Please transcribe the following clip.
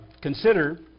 consider